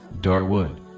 Darwood